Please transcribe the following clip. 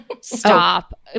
stop